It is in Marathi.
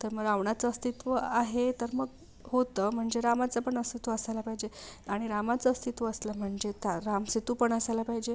तर मग रावणाचं अस्तित्व आहे तर मग होतं म्हणजे रामाचं पण अस्तित्व असायला पाहिजे आणि रामाचं अस्तित्व असलं म्हणजे ता रामसेतू पण असायला पाहिजे